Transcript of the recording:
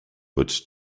butch